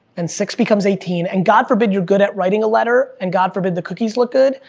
and six become eighteen, and god forbid you're good at writing a letter. and, god forbid the cookies look good,